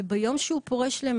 וביום שהוא פורש,